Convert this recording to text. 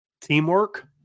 teamwork